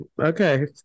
okay